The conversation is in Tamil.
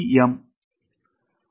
எம்